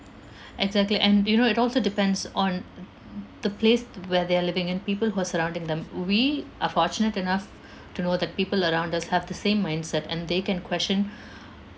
exactly and you know it also depends on the place where they're living and people who are surrounding them we are fortunate enough to know that people around us have the same mindset and they can question